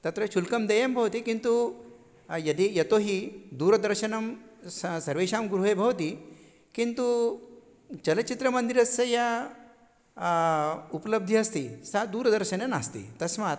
तत्र शुल्कं देयं भवति किन्तु यदि यतो हि दूरदर्शनं स सर्वेषां गृहे भवति किन्तु चलच्चित्रमन्दिरस्य या उपलब्धिः अस्ति सा दूरदर्शने नास्ति तस्मात्